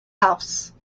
house